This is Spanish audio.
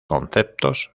conceptos